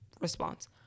response